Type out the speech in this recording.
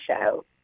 show